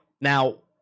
Now